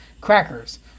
crackers